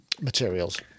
materials